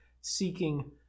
seeking